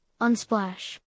Unsplash